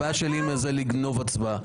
הבעיה שלי היא עם גניבת הצבעה.